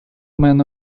man